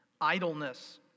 idleness